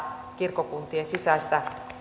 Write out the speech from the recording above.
kirkkokuntien sisäistä